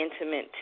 intimate